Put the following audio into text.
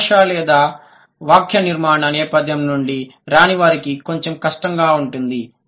కాబట్టి భాషా లేదా వాక్యనిర్మాణ నేపథ్యం నుండి రాని వారికి కొంచెం కష్టంగా ఉంటుంది